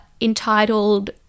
entitled –